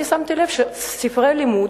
שמתי לב שספרי לימוד